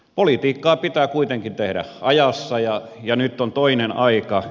politiikkaa pitää kuitenkin tehdä ajassa ja nyt on toinen aika